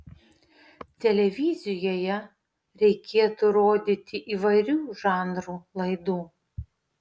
televizijoje reikėtų rodyti įvairių žanrų laidų